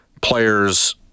players